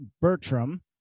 Bertram